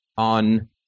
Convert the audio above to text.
on